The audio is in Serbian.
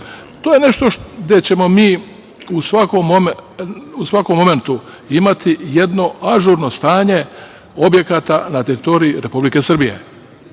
je nešto gde ćemo mi u svakom momentu imati jedno ažurno stanje objekata na teritoriji Republike Srbije